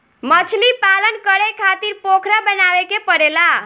मछलीपालन करे खातिर पोखरा बनावे के पड़ेला